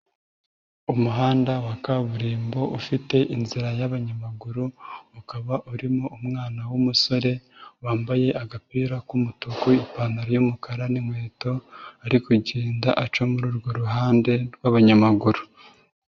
Umuhanda wa kaburimbo ufite inzira y'abanyamaguru, ukaba urimo umwana w'umusore wambaye agapira k'umutuku, ipantaro y'umukara n'inkweto, ari kugenda aca muri urwo ruhande rw'abanyamaguru.